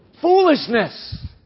foolishness